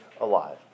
alive